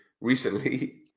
recently